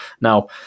Now